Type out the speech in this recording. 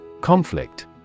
Conflict